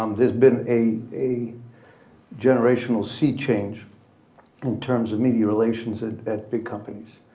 um there's been a a generational sea change in terms of media relations and big companies.